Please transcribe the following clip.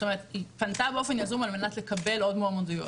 זאת אומרת היא פנתה באופן יזום על מנת לקבל עוד מועמדויות.